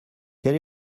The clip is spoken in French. quel